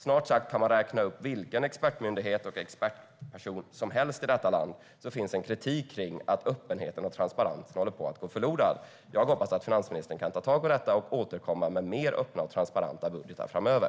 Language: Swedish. Man kan räkna upp snart sagt vilken expert och expertmyndighet som helst i detta land som har kritik mot att öppenheten och transparensen håller på att gå förlorad. Jag hoppas att finansministern kan ta tag i detta och återkomma med mer öppna och transparenta budgetar framöver.